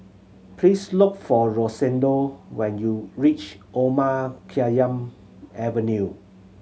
please look for Rosendo when you reach Omar Khayyam Avenue